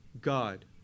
God